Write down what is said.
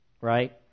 Right